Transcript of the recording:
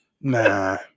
nah